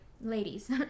ladies